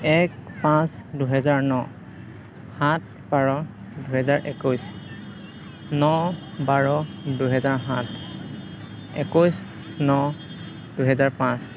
এক পাঁচ দুহেজাৰ ন সাত বাৰ দুহেজাৰ একৈছ ন বাৰ দুহেজাৰ সাত একৈছ ন দুহেজাৰ পাঁচ